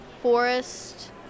forest